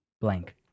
blank